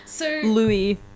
Louis